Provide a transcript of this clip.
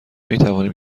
میتوانیم